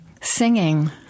singing